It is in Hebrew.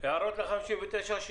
מי בעד אישור סעיפים 59,60,61?